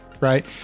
Right